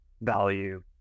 value